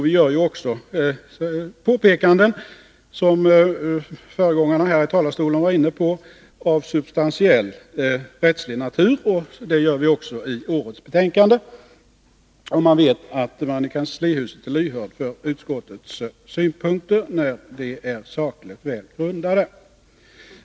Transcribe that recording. Vi gör ju också påpekanden, som föregångarna i talarstolen var inne på, av substantiell rättslig natur. Det gör vi också i årets betänkande. Och vi vet att man i kanslihuset är lyhörd för utskottets synpunkter när de är sakligt väl grundade.